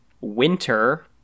winter